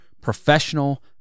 professional